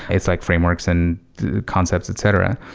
it's like frameworks, and concepts, etc.